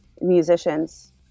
musicians